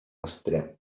awstria